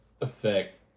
effect